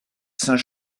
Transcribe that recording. saint